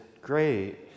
Great